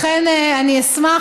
לכן אני אשמח,